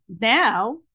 now